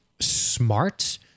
smart